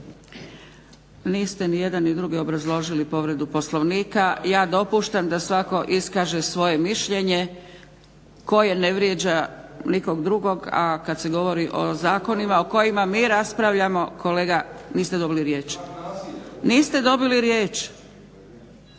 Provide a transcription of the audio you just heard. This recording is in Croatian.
Niste nijedan ni drugi obrazložili povredu Poslovnika, ja dopuštam da svatko iskaže svoje mišljenje koje ne vrijeđa nikog drugog. A kada se govori o zakonima o kojima mi raspravljamo, … /Upadica se ne razumije./ … kolega niste dobili riječ.